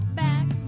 back